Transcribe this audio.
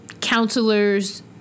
counselors